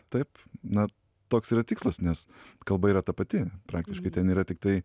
taip na toks yra tikslas nes kalba yra ta pati praktiškai ten yra tiktai